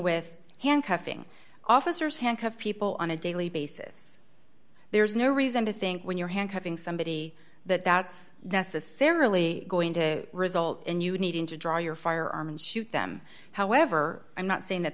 with handcuffing officers handcuffed people on a daily basis there's no reason to think when you're handcuffing somebody that that's necessarily going to result in you needing to draw your firearm and shoot them however i'm not saying that